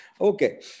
Okay